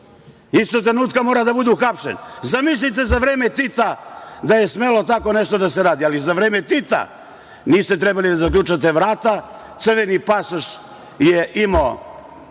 istog trenutka mora da bude uhapšen. Zamislite za vreme Tita da je smelo tako nešto da se radi! Ali, za vreme Tita niste trebali da zaključate vrata, crveni pasoš je imao